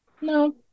no